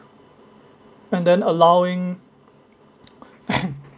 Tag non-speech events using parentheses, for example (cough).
and then allowing (coughs)